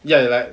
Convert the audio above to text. ya ya like